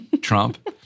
Trump